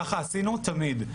ככה עשינו תמיד.